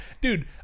dude